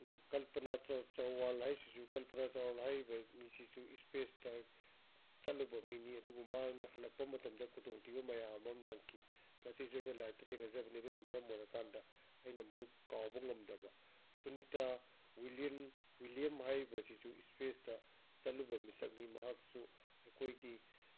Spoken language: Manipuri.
ꯑꯗꯨꯒ ꯀꯜꯄꯥꯅ ꯆꯧꯋꯥꯜ ꯍꯥꯏꯁꯤꯁꯨ ꯀꯜꯄꯥꯅ ꯆꯧꯔꯜ ꯍꯥꯏꯔꯤꯕ ꯃꯤꯁꯤꯁꯨ ꯁ꯭ꯄꯦꯁꯇ ꯆꯠꯂꯨꯕ ꯃꯤꯅꯤ ꯑꯗꯨꯕꯨ ꯃꯥꯅ ꯍꯜꯂꯛꯄ ꯃꯇꯝꯗ ꯈꯨꯗꯣꯡ ꯊꯤꯕ ꯃꯌꯥꯝ ꯑꯃ ꯅꯪꯈꯤ ꯃꯁꯤꯁꯨ ꯑꯩꯅ ꯂꯥꯏꯔꯤꯛꯇ ꯊꯦꯡꯅꯖꯕꯅꯤ ꯑꯗꯨꯅ ꯃꯔꯝ ꯑꯣꯏꯔꯀꯥꯟꯗ ꯑꯩꯅ ꯃꯣꯏ ꯀꯥꯎꯕ ꯉꯝꯗꯕ ꯁꯨꯅꯤꯇꯥ ꯋꯤꯜꯂꯤꯌꯝ ꯍꯥꯏꯔꯤꯕꯁꯤꯁꯨ ꯁ꯭ꯄꯦꯁꯇ ꯆꯠꯂꯨꯕ ꯃꯤꯁꯛꯅꯤ ꯃꯍꯥꯛꯁꯨ ꯑꯩꯈꯣꯏꯒꯤ